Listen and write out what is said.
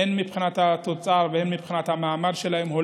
הולכים ונפגעים הן מבחינת התוצר והן מבחינת המעמד שלהם,